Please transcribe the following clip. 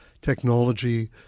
technology